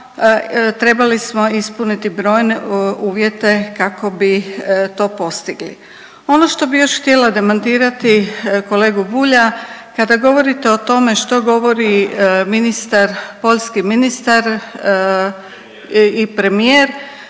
trebali smo ispuniti brojne uvjete kako bi to postigli. Ono što bih još htjela demantirati kolegu Bulja kada govorite o tome što govori ministar, poljski ministar i premijer,